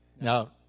Now